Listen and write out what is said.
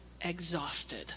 exhausted